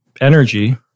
energy